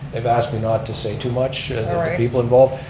they've asked me not to say too much to people involved,